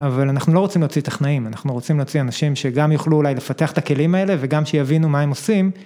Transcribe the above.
אבל אנחנו לא רוצים להוציא טכנאים, אנחנו רוצים להוציא אנשים שגם יוכלו אולי לפתח את הכלים האלה, וגם שיבינו מה הם עושים.